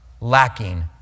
lacking